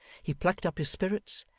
he plucked up his spirits,